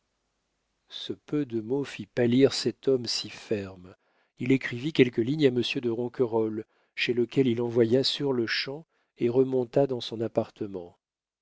ce peu de mots fit pâlir cet homme si ferme il écrivit quelques lignes à monsieur de ronquerolles chez lequel il envoya sur-le-champ et remonta dans son appartement